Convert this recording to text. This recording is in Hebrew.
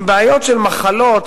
עם בעיות של מחלות,